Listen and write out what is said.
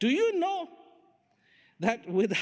do you know that with